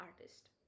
artist